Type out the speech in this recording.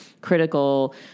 critical